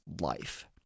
life